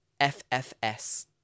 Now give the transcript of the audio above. FFS